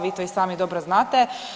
Vi to i sami dobro znate.